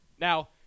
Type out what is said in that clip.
Now